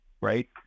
right